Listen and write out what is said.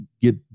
get